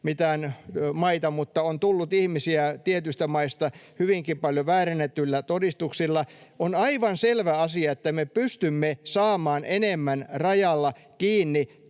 mitään maita — tietyistä maista hyvinkin paljon väärennetyillä todistuksilla. On aivan selvä asia, että me pystymme saamaan enemmän rajalla kiinni